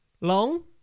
long